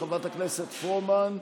חברת הכנסת פרומן,